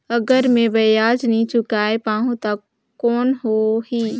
अगर मै ब्याज नी चुकाय पाहुं ता कौन हो ही?